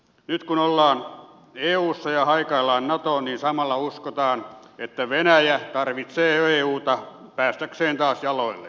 nyt kun ollaan eussa ja haikaillaan natoon niin samalla uskotaan että venäjä tarvitsee euta päästäkseen taas jaloilleen